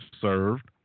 served